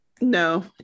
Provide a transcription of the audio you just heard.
No